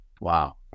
Wow